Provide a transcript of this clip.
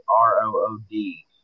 R-O-O-D